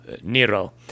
Nero